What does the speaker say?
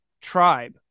tribe